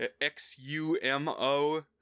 X-U-M-O